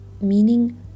meaning